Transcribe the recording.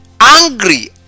angry